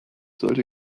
sollte